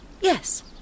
Yes